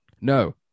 No